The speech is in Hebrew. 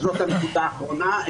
וזאת הנקודה האחרונה,